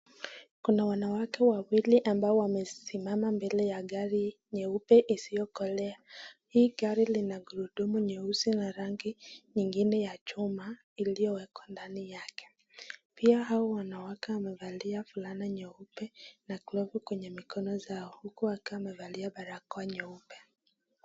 Kuna wanawake wawili ambao wamesimama mbele ya gari nyeupe isiyokolea. Hii gari lina gurudumu nyeusi na rangi nyingine ya chuma iliyowekwa ndani yake, pia hawa wanawake wamevalia vulana nyeupe na glovu kwenye mikono zao huku wakiwa wamevalia barakoa nyeupe.